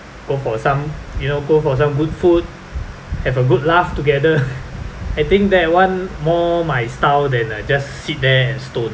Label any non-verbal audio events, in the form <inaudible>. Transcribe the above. go for some you know go for some good food have a good laugh together <laughs> I think that one more my style than I uh just sit there and stone